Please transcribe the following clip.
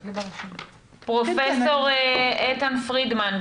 פרופ' איתן פרידמן,